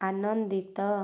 ଆନନ୍ଦିତ